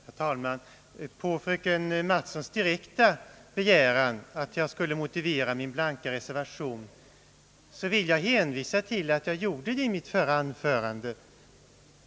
Herr talman! På fröken Mattsons direkta begäran att jag skulle motivera min blanka reservation vill jag hänvisa till att jag gjorde det i mitt förra anförande.